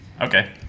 Okay